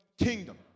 kingdom